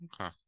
okay